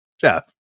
Jeff